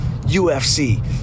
UFC